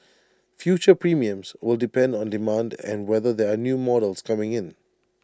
future premiums will depend on demand and whether there are new models coming in